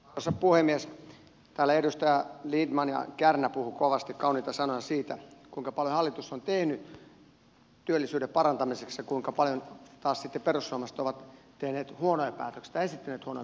täällä edustajat lindtman ja kärnä puhuivat kovasti kauniita sanoja siitä kuinka paljon hallitus on tehnyt työllisyyden parantamiseksi ja kuinka paljon taas sitten perussuomalaiset ovat esittäneet huonoja päätöksiä